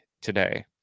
today